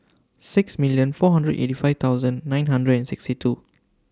sixty million four hundred eighty five thousand nine hundred and sixty two